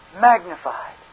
magnified